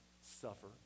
suffer